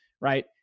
right